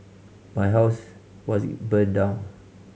my house was burned down